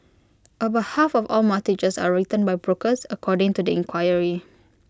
about half of all mortgages are written by brokers according to the inquiry